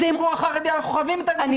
כציבור חרדי אנחנו חווים את הגזענות הזאת.